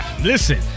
Listen